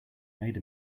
made